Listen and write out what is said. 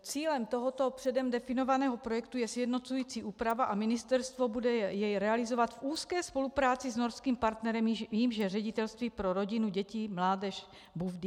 Cílem tohoto předem definovaného projektu je sjednocující úprava a ministerstvo jej bude realizovat v úzké spolupráci s norským partnerem, jímž je Ředitelství pro rodinu, děti, mládež, BUFDIR.